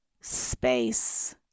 space